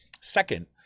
Second